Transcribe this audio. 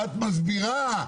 ואת מסבירה,